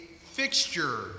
fixture